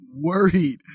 worried